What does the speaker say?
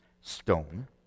stone